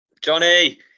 Johnny